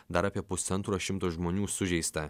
dar apie pusantro šimto žmonių sužeista